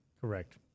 Correct